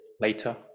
later